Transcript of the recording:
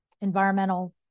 environmental